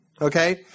okay